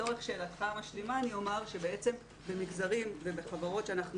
לשאלתך המשלימה אני אומר שבמגזרים ובחברות שאנחנו